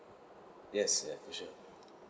yes